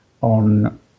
on